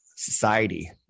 society